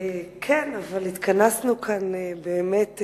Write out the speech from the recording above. כן, אבל התכנסנו כאן באמת,